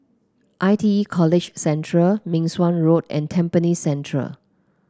I T E College Central Meng Suan Road and Tampines Central